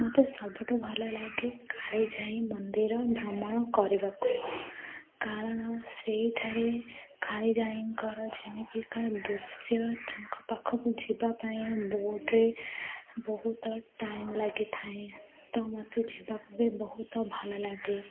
ମୋତେ ସବୁଠୁ ଭଲଲାଗେ କାଳିଜାଇ ମନ୍ଦିର ଭ୍ରମଣ କରିବାକୁ କାରଣ ସେଇଠାରେ କାଳିଜାଇଙ୍କର ଯେମିତିକା ଦୃଶ୍ୟ ତାଙ୍କ ପାଖକୁ ଯିବାପାଇଁ ବୋଟରେେ ବହୁତ ଟାଇମ୍ ଲାଗିଥାଏ ତ ମୋତେ ଯିବାକୁ ବି ବହୁତ ଭଲଲାଗେ